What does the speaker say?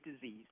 disease